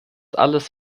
alles